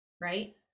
right